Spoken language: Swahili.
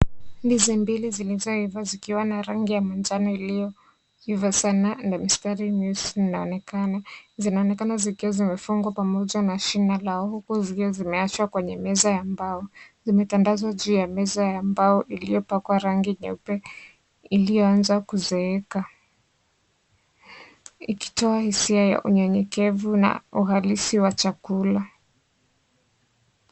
Ndizi mbili zilizoiva zikiwa na rangi ya manjano iliyoiva sana na mistari mieusi inanekana. Zinaonekana zikiwa zimefungwa pamoja na shina lao huku zikiwa zimeachwa kwenye meza ya mbao. Zimetandazwa juu ya meza ya mbao iliyopakwa rangi nyeupe iliyoanza kuzeeka ikitoa hisia ya unyenyekevu na uhalisi wa chakula.